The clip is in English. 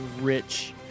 rich